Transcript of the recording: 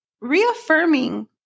reaffirming